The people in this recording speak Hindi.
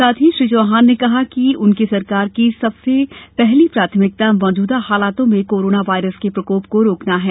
साथ ही श्री चौहान ने कहा कि उनकी सरकार की सबसे पहली प्राथमिकता मौजूदा हालातों में कोरोना वायरस के प्रकोप को रोकना है